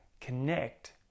connect